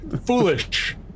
Foolish